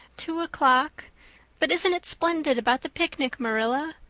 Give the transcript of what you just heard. two o'clock but isn't it splendid about the picnic, marilla?